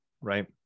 right